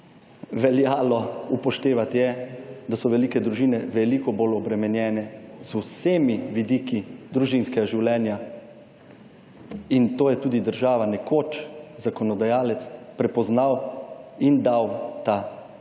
veljalo upoštevati je, da so velike družine veliko bolj obremenjene z vsemi vidiki družinskega življenja in to je tudi država nekoč zakonodajalec prepoznal in dal ta